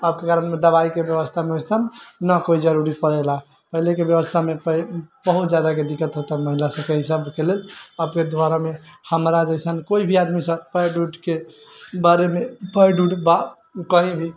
अबके कारण दबाइके बेबस्था उवस्था नहि कोइ जरूरी पड़ैलऽ पहिलेके बेबस्थामे बहुत ज्यादाके दिक्कत हो तऽ महिलासबके ईसबके लेल हमरा जइसन कोइ भी आदमीसब पैड उडके बारेमे पैड उड बा ओ कहीँ भी